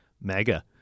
mega